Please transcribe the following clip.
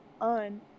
on